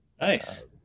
nice